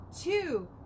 Two